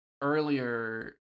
earlier